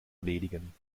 erledigen